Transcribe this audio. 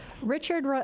Richard